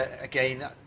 again